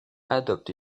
adopte